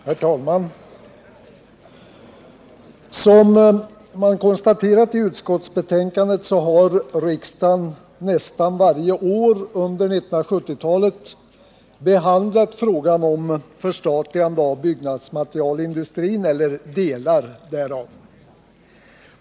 Herr talman! Som konstaterats i utskottsbetänkandet har riksdagen nästan varje år under 1970-talet behandlat frågan om förstatligande av byggnadsmaterialindustrin eller delar därav.